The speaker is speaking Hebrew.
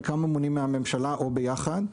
חלקם ממומנים מן הממשלה או ביחד.